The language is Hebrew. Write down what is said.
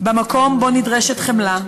במקום שבו נדרשת חמלה,